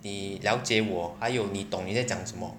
你了解我还有你懂你在讲什么